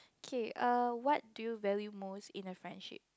K err what do you value most in a friendship